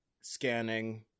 scanning